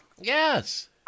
Yes